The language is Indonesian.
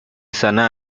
sana